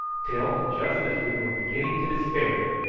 till, just as we were beginning to despair,